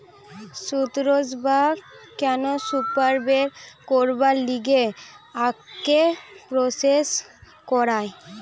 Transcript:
sucrose বা cane sugar বের করবার লিগে আখকে প্রসেস করায়